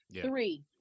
three